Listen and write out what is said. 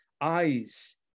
eyes